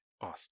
Awesome